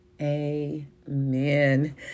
amen